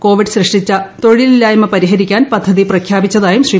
Covid സൃഷ്ടിച്ച തൊഴിലില്ലായ്മ പരിഹരീക്കാൻ പദ്ധതി പ്രഖ്യാപിച്ചതായും ശ്രീ